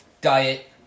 diet